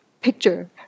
picture